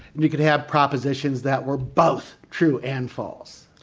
you could have propositions that were both true and false.